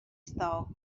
style